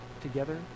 together